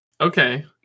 Okay